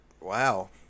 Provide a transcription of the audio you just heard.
Wow